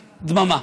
דממה.